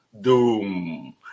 Doom